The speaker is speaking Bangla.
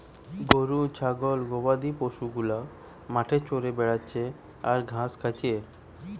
গরু ছাগল গবাদি পশু গুলা মাঠে চরে বেড়াচ্ছে আর ঘাস খাচ্ছে